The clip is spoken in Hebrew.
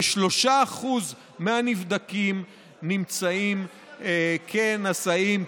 ו-3% מהנבדקים נמצאים נשאים,